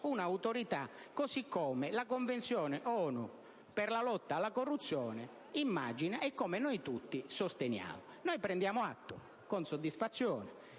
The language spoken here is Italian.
un'autorità come quella che la Convenzione ONU per la lotta alla corruzione immagina e come quella che noi tutti sosteniamo. Noi prendiamo atto con soddisfazione